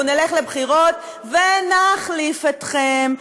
אנחנו נלך לבחירות ונחליף אתכם.